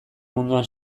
munduan